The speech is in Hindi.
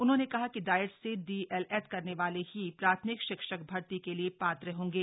उन्होंने कहा कि डायट से डीएलएड करने वाले ही प्राथमिक शिक्षक भर्ती के लिए पात्र होंगे